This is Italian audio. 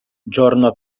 giorno